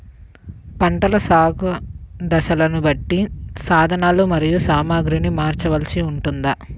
పంటల సాగు దశలను బట్టి సాధనలు మరియు సామాగ్రిని మార్చవలసి ఉంటుందా?